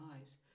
eyes